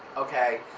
okay?